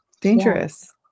Dangerous